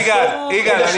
יגאל סלוביק,